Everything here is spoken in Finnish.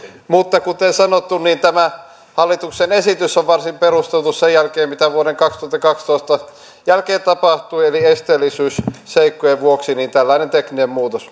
mutta kuten sanottu tämä hallituksen esitys on varsin perusteltu sen jälkeen mitä vuoden kaksituhattakaksitoista jälkeen tapahtui eli esteellisyysseikkojen vuoksi tällainen tekninen muutos